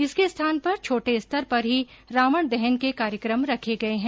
इसके स्थान पर छोटे स्तर पर ही रावण दहन के कार्यक्रम रखे गये हैं